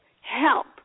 help